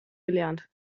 gelernt